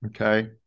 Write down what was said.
okay